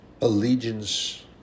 allegiance